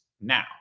now